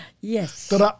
Yes